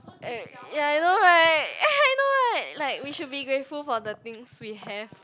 ya I know right I know right like we should be grateful for the things we have